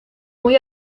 muy